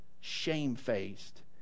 shamefaced